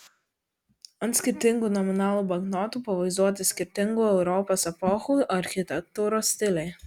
ant skirtingų nominalų banknotų pavaizduoti skirtingų europos epochų architektūros stiliai